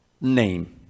name